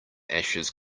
ashes